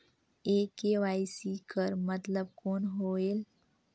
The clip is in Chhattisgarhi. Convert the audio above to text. ये के.वाई.सी कर मतलब कौन होएल?